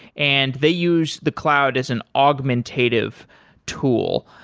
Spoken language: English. and they use the cloud as an augmentative tool.